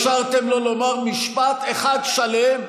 אתה לא אפשרת לו לומר משפט אחד שלם.